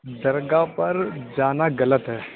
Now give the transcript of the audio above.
درگاہ پر جانا غلط ہے